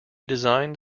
designed